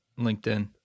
LinkedIn